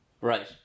right